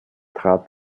trat